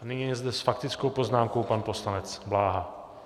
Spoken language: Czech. Nyní je zde s faktickou poznámkou pan poslanec Bláha.